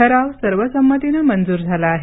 ठराव सर्वसंमतीनं मंजूर झाला आहे